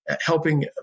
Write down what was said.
helping